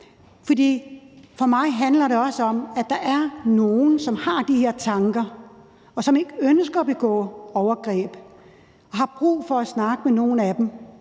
for mig handler det også om, at der er nogle, som har de her tanker, og som ikke ønsker at begå overgreb, men har brug for at snakke med nogen, som